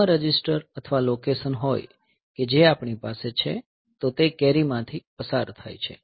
જો આ રજીસ્ટર અથવા લોકેશન હોય કે જે આપણી પાસે છે તો તે કેરી માંથી પસાર થાય છે